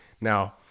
now